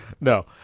No